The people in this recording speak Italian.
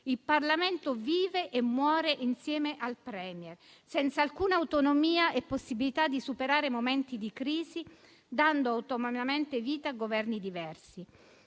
Il Parlamento vive e muore insieme al *Premier*, senza alcuna autonomia e possibilità di superare i momenti di crisi dando autonomamente vita a Governi diversi.